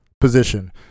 position